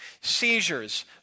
Seizures